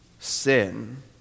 sin